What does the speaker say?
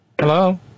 Hello